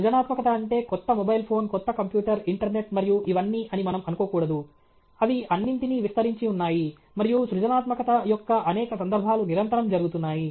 సృజనాత్మకత అంటే కొత్త మొబైల్ ఫోన్ కొత్త కంప్యూటర్ ఇంటర్నెట్ మరియు ఇవన్నీ అని మనం అనుకోకూడదు అవి అన్నింటికీ విస్తరించి ఉన్నాయి మరియు సృజనాత్మకత యొక్క అనేక సందర్భాలు నిరంతరం జరుగుతున్నాయి